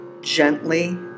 gently